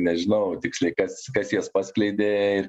nežinau tiksliai kas kas jas paskleidė ir